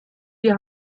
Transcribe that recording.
die